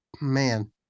man